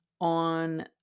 on